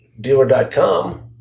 Dealer.com